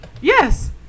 Yes